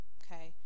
okay